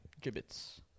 Gibbets